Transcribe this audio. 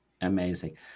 Amazing